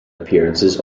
appearances